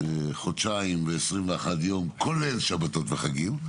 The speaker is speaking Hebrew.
חודשיים ו-21 ימים, כולל שבתות וחגים.